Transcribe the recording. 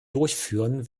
durchführen